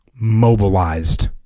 mobilized